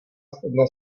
studna